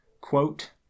quote